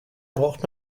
braucht